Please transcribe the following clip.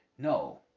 No